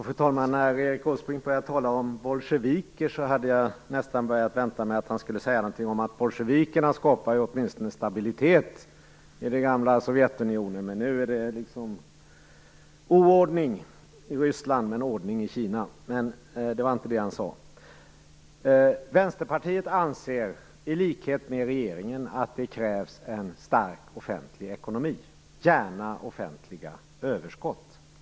Fru talman! När Erik Åsbrink började tala om bolsjeviker väntade jag mig nästan att han skulle säga någonting om att bolsjevikerna åtminstone skapade stabilitet i det gamla Sovjetunionen, men att det nu är oordning i Ryssland och ordning i Kina. Men det var inte det som han sade. Vänsterpartiet anser i likhet med regeringen att det krävs en stark offentlig ekonomi, och gärna offentliga överskott.